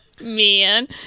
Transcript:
Man